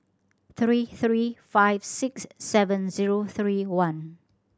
three three five six seven zero three one